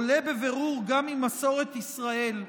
עולה בבירור גם ממסורת ישראל,